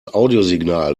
audiosignal